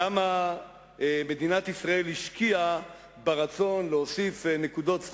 כמה השקיעה מדינת ישראל ברצון להוסיף נקודות